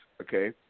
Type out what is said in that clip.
Okay